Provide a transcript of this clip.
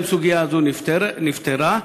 הרווחה והבריאות בנושא הזה לפני חודש וחצי,